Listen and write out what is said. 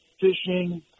Fishing